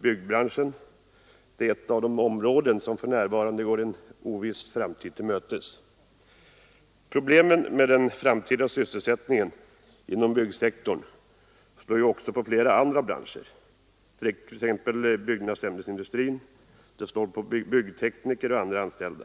Byggbranschen t.ex. är ett av de områden som går en oviss framtid till mötes. Problemen med den framtida sysselsättningen inom byggsektorn för också med sig problem inom flera andra branscher, t.ex. byggnadsämnesindustrin. De skapar bekymmer för byggtekniker och andra anställda.